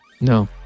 no